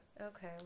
Okay